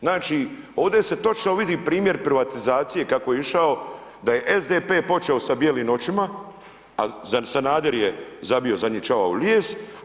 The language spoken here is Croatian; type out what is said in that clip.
Znači ovdje se točno vidi primjer privatizacije kako je išao da je SDP počeo sa bijelim noćima a Sanader je zabio zadnji čavao u lijes.